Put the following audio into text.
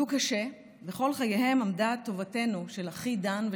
אני חושבת על אבי ארנולד,